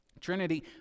Trinity